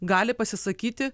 gali pasisakyti